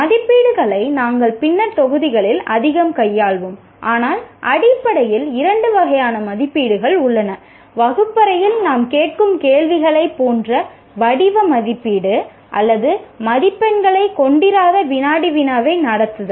மதிப்பீடுகளை நாங்கள் பின்னர் தொகுதிகளில் அதிகம் கையாள்வோம் ஆனால் அடிப்படையில் இரண்டு வகையான மதிப்பீடுகள் உள்ளன வகுப்பறையில் நாம் கேட்கும் கேள்விகளைப் போன்ற வடிவ மதிப்பீடு அல்லது மதிப்பெண்களைக் கொண்டிராத வினாடி வினாவை நடத்துதல்